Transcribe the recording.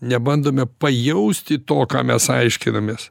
nebandome pajausti to ką mes aiškinamės